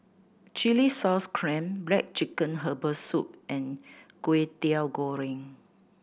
chilli sauce clams black chicken herbal soup and Kway Teow Goreng